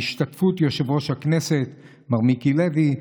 בהשתתפות יושב-ראש הכנסת מר מיקי לוי,